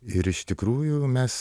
ir iš tikrųjų mes